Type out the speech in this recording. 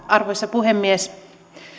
arvoisa puhemies